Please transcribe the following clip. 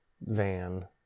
van